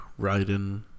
Raiden